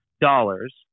dollars